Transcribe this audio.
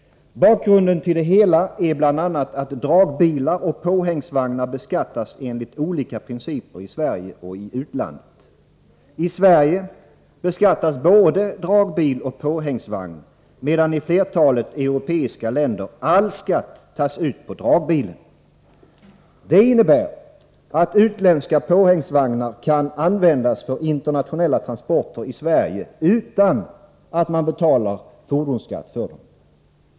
Bakgrunden till det hela är bl.a. att dragbilar och påhängsvagnar beskattas enligt olika principer i Sverige och i utlandet. I Sverige beskattas både dragbil och påhängsvagn, medan i flertalet europeiska länder all skatt tages ut på dragbilen. Det innebär att utländska påhängsvagnar kan användas för internationella transporter i Sverige utan att man betalar fordonsskatt för dem.